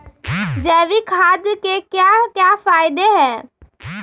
जैविक खाद के क्या क्या फायदे हैं?